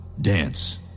dance